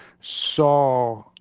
saw